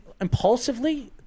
Impulsively